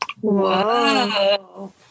Whoa